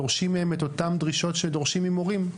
דורשים מהם את אותן דרישות שדורשים ממורים.